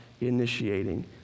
initiating